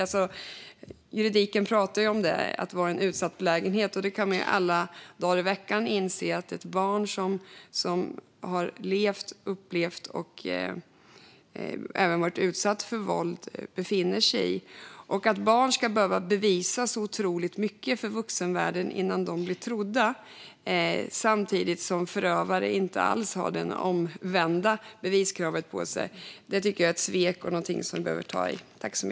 I juridiken talar man om att vara i en utsatt belägenhet. Man kan alla dagar i veckan inse att ett barn som levt med, upplevt och även varit utsatt för våld befinner sig i en sådan situation. Att barn ska behöva bevisa så otroligt mycket för vuxenvärlden innan de blir trodda samtidigt som förövare inte alls har det omvända beviskravet på sig tycker jag är ett svek och någonting som vi behöver ta tag i.